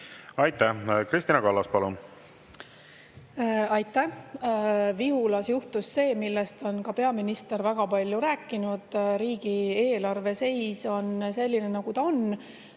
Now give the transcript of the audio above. Aitäh! Kristina Kallas, palun! Aitäh! Vihulas juhtus see, millest on ka peaminister väga palju rääkinud. Riigieelarve seis on selline, nagu ta on.